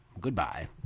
Goodbye